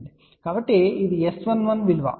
కాబట్టి ఇది S11 విలువ b1 a1 స్క్వేర్ అవుతుంది